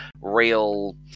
real